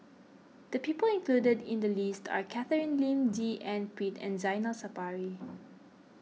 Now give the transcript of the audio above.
the people included in the list are Catherine Lim D N Pritt and Zainal Sapari